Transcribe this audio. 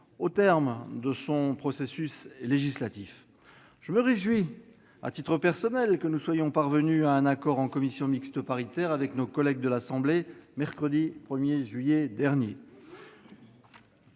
au terme de son processus législatif. Je me réjouis à titre personnel que nous soyons parvenus à un accord en commission mixte paritaire (CMP) avec nos collègues de l'Assemblée nationale mercredi 1 juillet dernier.